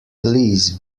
please